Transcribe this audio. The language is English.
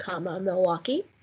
Milwaukee